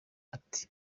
ati